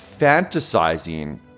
fantasizing